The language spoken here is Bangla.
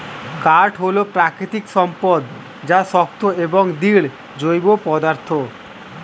কাঠ হল প্রাকৃতিক সম্পদ যা শক্ত এবং দৃঢ় জৈব পদার্থ